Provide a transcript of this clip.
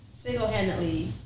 single-handedly